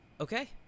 Okay